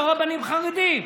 לא רבנים חרדים,